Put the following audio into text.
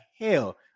hell